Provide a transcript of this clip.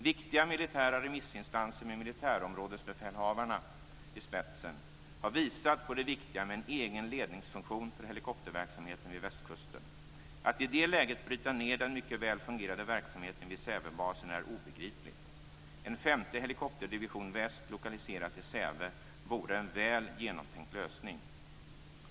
Viktiga militära remissinstanser med militärområdesbefälhavarna i spetsen har visat på det viktiga med en egen ledningsfunktion för helikopterverksamheten vid Västkusten. Att i det läget bryta ned den mycket väl fungerande verksamheten vid Sävebasen är obegripligt. En femte helikopterdivision Väst lokaliserad till Säve vore en väl genomtänkt lösning.